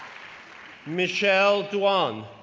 michelle duan,